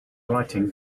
writing